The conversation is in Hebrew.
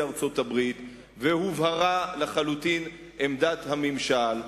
ארצות-הברית והובהרה לחלוטין עמדת הממשל,